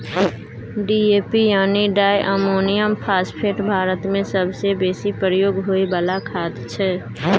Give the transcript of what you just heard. DAP यानी di ammonium phosphate भारतमे सबसँ बेसी प्रयोग होइ बला खाद छै